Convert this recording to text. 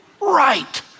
Right